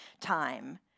time